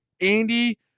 Andy